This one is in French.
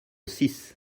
six